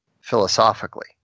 philosophically